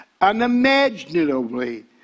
Unimaginably